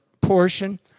portion